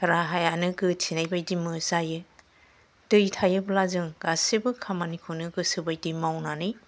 राहाआनो गोथेनाय बायदि जायो दै थायोब्ला जों गासिबो खामानिखौनो गोसो बायदि मावनानै